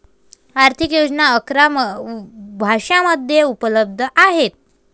आर्थिक योजना अकरा भाषांमध्ये उपलब्ध आहेत